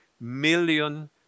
million